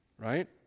Right